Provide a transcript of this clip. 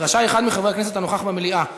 "רשאי אחד מחברי הכנסת הנוכח במליאה,